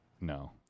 No